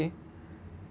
okay